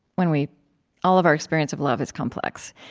when we all of our experience of love is complex.